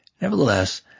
Nevertheless